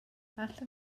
allwn